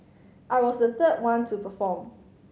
I was the third one to perform